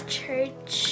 church